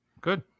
Good